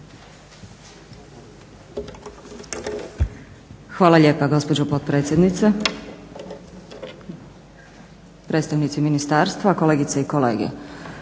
Hvala lijepa gospođo potpredsjednice, predstavnici ministarstva, kolegice i kolege.